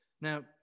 Now